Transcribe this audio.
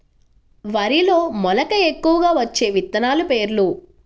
వరిలో మెలక ఎక్కువగా వచ్చే విత్తనాలు పేర్లు?